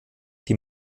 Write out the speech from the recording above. die